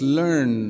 learn